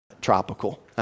tropical